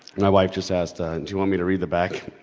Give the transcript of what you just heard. my wife just asked do you want me to read the back.